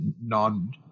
non